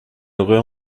auraient